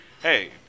hey